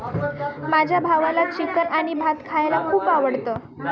माझ्या भावाला चिकन आणि भात खायला खूप आवडतं